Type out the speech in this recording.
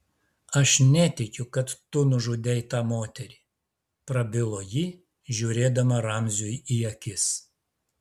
aš netikiu kad tu nužudei tą moterį prabilo ji žiūrėdama ramziui į akis